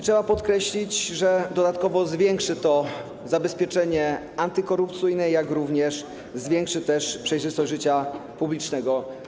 Trzeba podkreślić, że dodatkowo zwiększy to zabezpieczenie antykorupcyjne, jak również zwiększy przejrzystość życia publicznego.